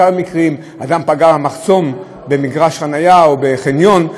כמה מקרים: אדם פגע במחסום במגרש חניה או בחניון,